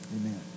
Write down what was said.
Amen